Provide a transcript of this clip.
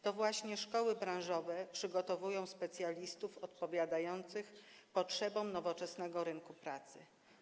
To właśnie szkoły branżowe przygotowują specjalistów odpowiadających potrzebom nowoczesnego rynku pracy.